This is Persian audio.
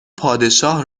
پادشاه